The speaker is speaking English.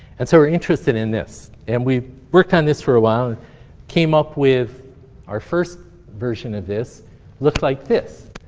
and so we're interested in this. and we worked on this for a while and came up with our first version of this looked like this.